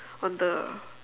on the